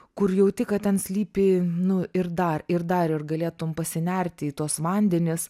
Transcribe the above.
kur jauti kad ten slypi nu ir dar ir dar ir galėtum pasinerti į tuos vandenis